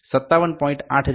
8973 થી 57